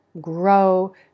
grow